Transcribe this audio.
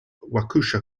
waukesha